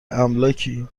املاکی